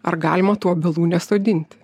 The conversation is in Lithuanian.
ar galima tų obelų nesodinti